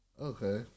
Okay